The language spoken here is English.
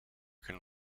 can